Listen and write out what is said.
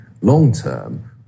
Long-term